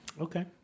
Okay